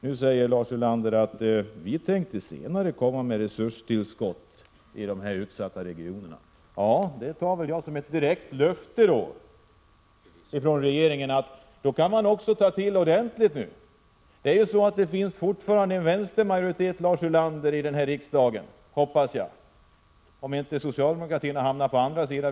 Nu säger Lars Ulander: Vi tänker senare komma med resurstillskott i de utsatta regionerna. Det tar jag som ett direkt löfte från regeringen, att det skall bli ordentliga tillskott. Det finns fortfarande en vänstermajoritet i denna riksdag, Lars Ulander. Jag hoppas att det är så, om inte socialdemokraterna har hamnat på andra sidan.